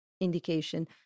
indication